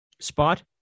spot